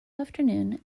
afternoon